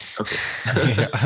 Okay